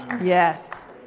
Yes